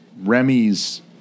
Remy's